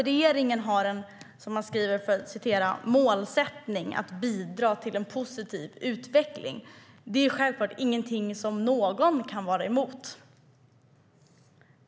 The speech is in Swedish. Regeringens målsättning är att bidra till en positiv utveckling, säger man. Det är självklart ingenting som någon kan vara emot.